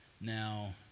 Now